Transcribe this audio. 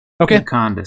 Okay